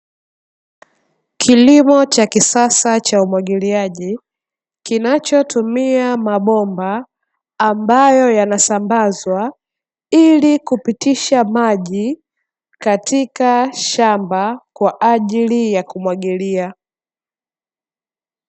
Kilimo cha kisasa cha umwagiliaji, kinachotumia mabomba, ambayo yanasambazwa, ili kupitisha maji katika shamba, kwa ajili ya kumwagilia.